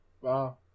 wow